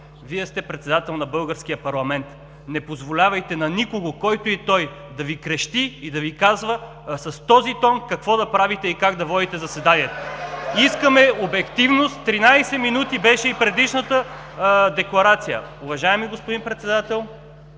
Вие сте председател на българския парламент. Не позволявайте на никого, който и да е той, да Ви крещи и да Ви казва с този тон какво да правите и как да водите заседанието! (Ръкопляскания от „БСП за България“.) Искаме обективност – 13 минути беше и предишната декларация! Уважаеми господин Председател,